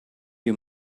you